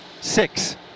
six